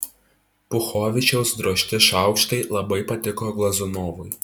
puchovičiaus drožti šaukštai labai patiko glazunovui